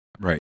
Right